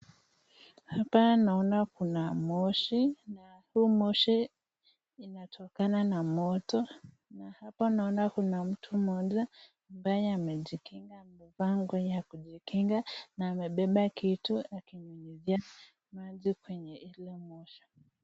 Hapa naona kuna moshi na huu moshi inatokana na moto na hapa naona kuna mtu mmoja ambaye amejikinga, amevaa nguo ya kujikinga na ebeba kitu akinyunyuzia maji kwenye ile moshi.